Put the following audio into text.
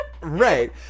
Right